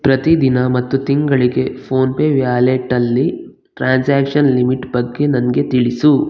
ಪ್ರತಿ ದಿನ ಮತ್ತು ತಿಂಗಳಿಗೆ ಫೋನ್ಪೇ ವ್ಯಾಲೆಟ್ಟಲ್ಲಿ ಟ್ರಾನ್ಸ್ಯಾಕ್ಷನ್ ಲಿಮಿಟ್ ಬಗ್ಗೆ ನನಗೆ ತಿಳಿಸು